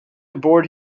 aboard